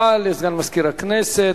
הודעה לסגן מזכיר הכנסת,